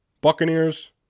Buccaneers